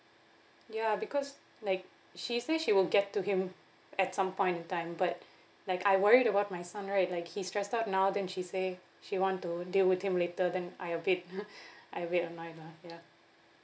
ya because like she say she will get to him at some point in time but like I worried about my son right like he stressed out now then she say she want to deal with him later then I a bit I a bit annoyed lah ya